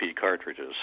cartridges